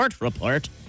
report